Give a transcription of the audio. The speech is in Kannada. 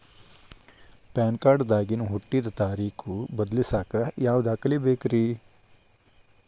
ಪ್ಯಾನ್ ಕಾರ್ಡ್ ದಾಗಿನ ಹುಟ್ಟಿದ ತಾರೇಖು ಬದಲಿಸಾಕ್ ಯಾವ ದಾಖಲೆ ಬೇಕ್ರಿ?